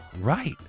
Right